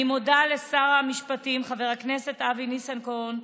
אני מודה לשר המשפטים חבר הכנסת אבי ניסנקורן,